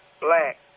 black